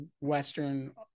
Western